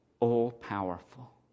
All-powerful